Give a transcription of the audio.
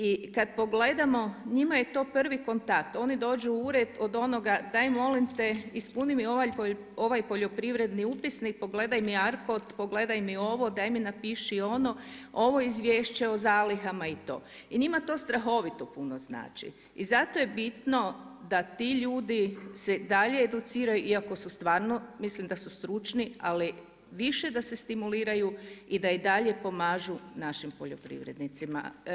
I kad pogledamo njima je to prvi kontakt, oni dođu u ured od onoga daj molim te ispuni mi ovaj poljoprivredni upisnik ,pogledaj mi ARKOD, pogledaj mi ovo, daj mi napiši ono, ovo izvješće o zalihama i to, i njima to strahovito puno znači i za to je bitno da ti ljudi se dalje educiraju iako su stvarno, misli da su stručni ali više da se stimuliraju i da i dalje pomažu našim poljoprivrednicima.